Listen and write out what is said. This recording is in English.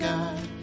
God